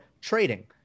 trading